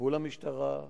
לטיפול המשטרה,